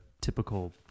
typical